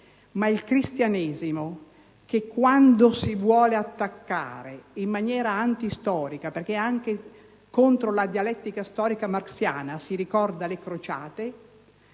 territori. Quando, però, lo si vuole attaccare in maniera antistorica, perché anche contro la dialettica storica marxiana si ricordano le crociate,